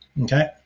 Okay